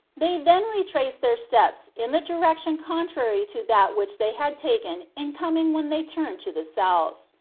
they then retraced their steps in the direction contrary to that which they had taken in coming when they turned to the south.